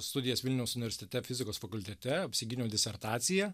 studijas vilniaus universitete fizikos fakultete apsigyniau disertaciją